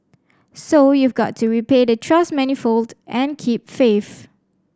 so you've got to repay the trust manifold and keep faith